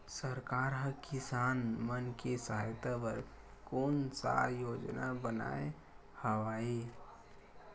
सरकार हा किसान मन के सहायता बर कोन सा योजना बनाए हवाये?